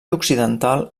occidental